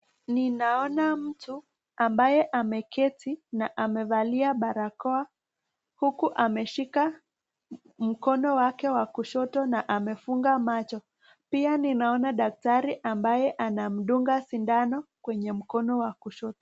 Ninaona mtu ambaye ameketi na amevalia barakoa huku ameshika mkono wake wa kushoto na amefunga macho. Pia ninaona daktari ambaye anamdunga sindano kwenye mkono wa kushoto.